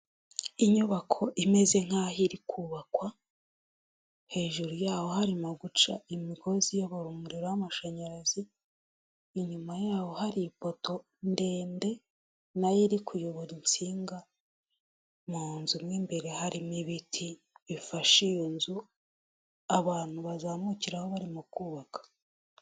Inyubako imeze nk'aho iri kubakwa, hejuru yaho harimo guca imigozi iyobora umuriro w'amashanyarazi, inyuma yaho hari ipoto ndende nayo iri kuyobora insinga mu nzu imwe mbere harimo ibiti bifashe iyo nzu abantu bazamukiraho bari mu kubaka.